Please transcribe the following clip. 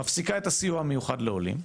מפסיקה את הסיוע המיוחד לעולים,